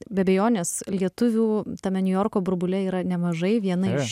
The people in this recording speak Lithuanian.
be abejonės lietuvių tame niujorko burbule yra nemažai viena iš